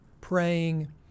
praying